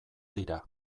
dira